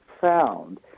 found